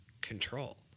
control